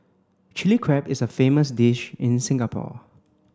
Chilli Crab is a famous dish in Singapore